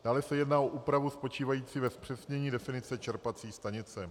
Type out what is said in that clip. Dále se jedná o úpravu spočívající ve zpřesnění definice čerpací stanice.